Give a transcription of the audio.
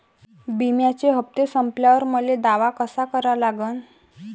बिम्याचे हप्ते संपल्यावर मले दावा कसा करा लागन?